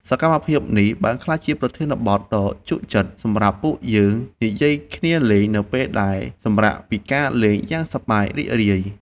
សកម្មភាពនេះបានក្លាយជាប្រធានបទដ៏ជក់ចិត្តសម្រាប់ពួកយើងនិយាយគ្នាលេងនៅពេលដែលសម្រាកពីការលេងយ៉ាងសប្បាយរីករាយ។